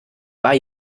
bei